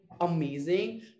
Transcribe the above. amazing